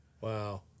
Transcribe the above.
Wow